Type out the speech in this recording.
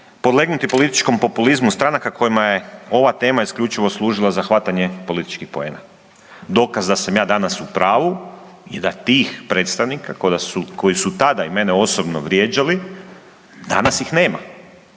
podlegnuti političkom populizmu stranaka kojima je ova tema isključivo služila za hvatanje političkih poena. Dokaz da sam ja danas u pravu je da tih predstavnika koji su tada i mene osobno vrijeđali danas ih nema,